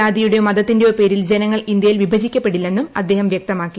ജാതി യുടെയോ മതത്തിന്റെയോ പേരിൽ ജനങ്ങൾ ഇന്ത്യയിൽ വിഭ ജിക്കപ്പെടില്ലെന്നും അദ്ദേഹം വ്യക്തമാക്കി